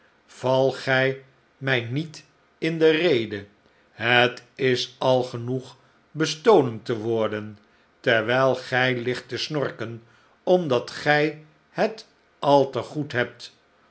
val gij mij niet in de rede het is al genoeg bestolen te worden terwijl gij ligt te snorken omdat gij het al te goed hebt